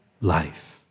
life